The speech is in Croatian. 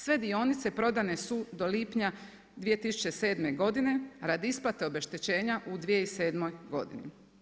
Sve dionice prodane su do lipnja 2007. godine radi isplate obeštećenja u 2007. godini.